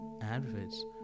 adverts